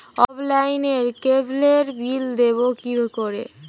অফলাইনে ক্যাবলের বিল দেবো কি করে?